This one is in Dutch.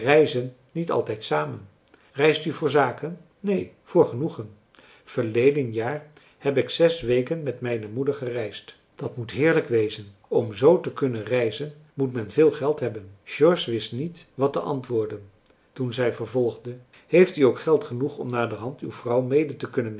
niet altijd samen reist u voor zaken neen voor genoegen verleden jaar heb ik zes weken met mijne moeder gereisd dat moet heerlijk wezen om zoo te kunnen reizen moet men veel geld hebben george wist niet wat te antwoorden toen zij vervolgde heeft u ook geld genoeg om naderhand uw vrouw mede te kunnen